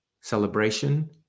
celebration